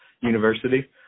University